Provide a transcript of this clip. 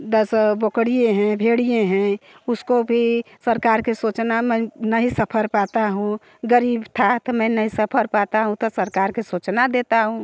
दस बकरियाँ हैं भेड़िये हैं उसको भी सरकार के सोचना मैं पाता हूँ गरीब था तो मैं नहीं सफर पाता हूँ तो सरकार के सूचना देता हूँ